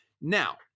Now